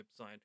website